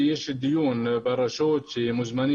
מדיניות של הרשות שהיא קצת שונה,